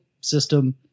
system